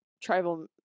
tribal